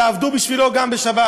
יעבדו בשבילם גם בשבת.